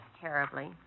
terribly